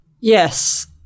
Yes